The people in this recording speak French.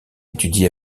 étudié